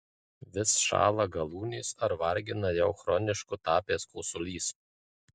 vis šąla galūnės ar vargina jau chronišku tapęs kosulys